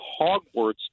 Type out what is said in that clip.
hogwarts